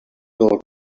del